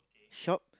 shop